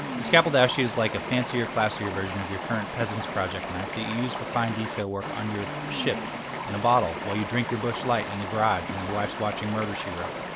the scalpeldashi is like a fancier classier version of your current peasants project knife that you use for fine detail work on your ship in a bottle while you drink your busch light in the garage when your wife's watching murder she wrote,